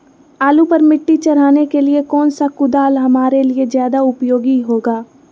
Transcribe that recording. आलू पर मिट्टी चढ़ाने के लिए कौन सा कुदाल हमारे लिए ज्यादा उपयोगी होगा?